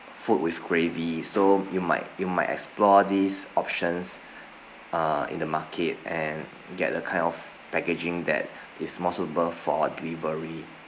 food with gravy so you might you might explore these options uh in the market and get the kind of packaging that is more suitable for delivery